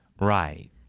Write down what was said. Right